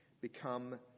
become